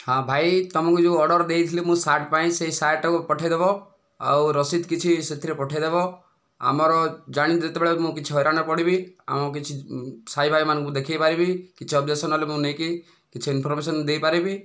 ହଁ ଭାଇ ତୁମକୁ ଯେଉଁ ଅର୍ଡ଼ର ଦେଇଥିଲି ମୁଁ ସାର୍ଟ ପାଇଁ ସେ ସାର୍ଟ ଟିକୁ ପଠେଇ ଦେବ ଆଉ ରସିଦ କିଛି ସେଥିରେ ପଠେଇ ଦେବ ଆମର ଜାଣିବ ଯେତେବେଳେ ମୁଁ କିଛି ହଇରାଣରେ ପଡ଼ିବି ଆମର କିଛି ସହି ଭାଇମାନଙ୍କୁ ଦେଖେଇ ପାରିବି କିଛି ଅବଜେକ୍ସନ ହେଲେ ମୁଁ ନେଇକି କିଛି ଇନଫରମେସନ ଦେଇପାରିବି